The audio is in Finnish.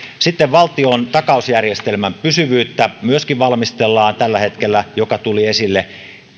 sitten valtiotakausjärjestelmän pysyvyyttä myöskin valmistellaan tällä hetkellä joka tuli esille